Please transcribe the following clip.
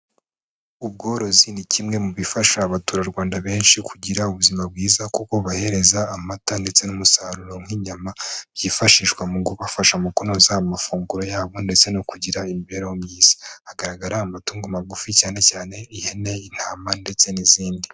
Ubworozi ni kimwe mu bifasha abaturarwanda benshi kugira ubuzima bwiza kuko bubahereza amata ndetse n'umusaruro nk'inyama byifashishwa mu kubafasha mu kunoza amafunguro yabo ndetse no kugira imibereho myiza. Hagaragara amatungo magufi cyane cyane ihene, intama ndetse n'izindi.